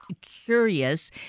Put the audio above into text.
curious